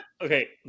Okay